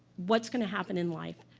what's going to happen in life.